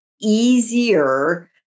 easier